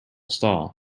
stall